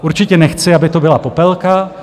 Určitě nechci, aby to byla popelka.